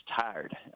tired